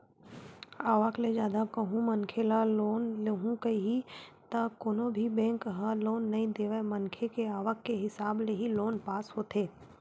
आवक ले जादा कहूं मनखे ह लोन लुहूं कइही त कोनो भी बेंक ह लोन नइ देवय मनखे के आवक के हिसाब ले ही लोन पास होथे